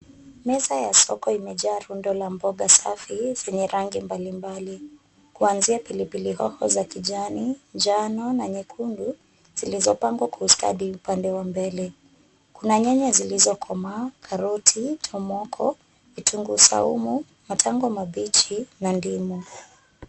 Meza ya soko imejaa rundo la mboga safi zenye rangi mbalimbali. Kuanzia pilipili hoho za kijani, njano na nyekundu zilizopangwa kwa ustadi upande wa mbele. Kuna nyanya zilizokomaa, karoti, tomoko, kitunguu saumu, matango mabichi na ndimu.